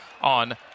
on